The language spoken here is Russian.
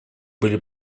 были